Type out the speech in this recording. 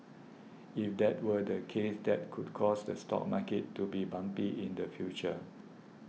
if that were the case that could cause the stock market to be bumpy in the future